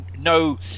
no